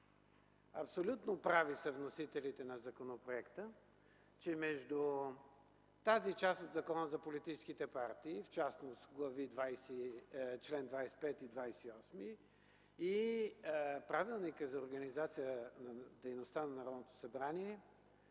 Абсолютно прави са вносителите на законопроекта, че между тази част от Закона за политическите партии, в частност чл. 25 и чл. 28, и Правилника за организацията и дейността на Народното събрание,